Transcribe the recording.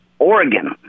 Oregon